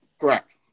Correct